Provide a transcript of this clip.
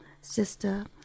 sister